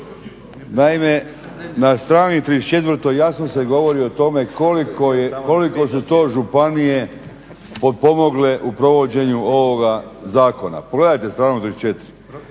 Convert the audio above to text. Naime, na strani 34-oj jasno se govori o tome koliko su to županije potpomogle u provođenju ovoga zakona. Pogledajte stranu 34